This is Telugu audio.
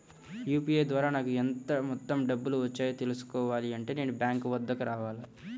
యూ.పీ.ఐ ద్వారా నాకు ఎంత మొత్తం డబ్బులు వచ్చాయో తెలుసుకోవాలి అంటే నేను బ్యాంక్ వద్దకు రావాలా?